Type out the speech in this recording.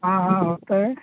हाँ हाँ होता है